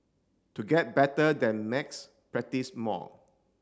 to get better than maths practise more